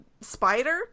spider